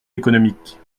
économiques